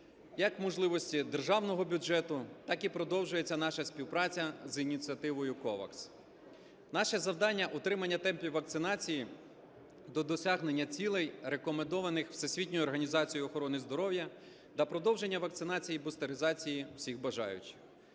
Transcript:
як можливості державного бюджету, так і продовжується наша співпраця за ініціативою COVAX. Наше завдання – утримання темпів вакцинації до досягнення цілей, рекомендованих Всесвітньою організацією охорони здоров'я, та продовження вакцинації і бустеризації всіх бажаючих.